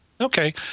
Okay